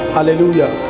Hallelujah